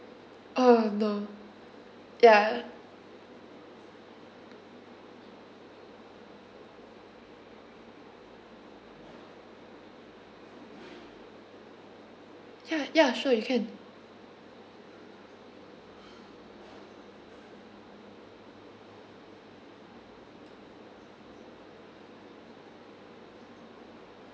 oh no ya ya ya sure you can